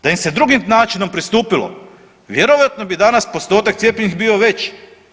Da im se drugim načinom pristupilo vjerojatno bi danas postotak cijepljenih bio veći.